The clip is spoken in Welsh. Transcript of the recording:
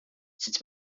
sut